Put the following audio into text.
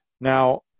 Now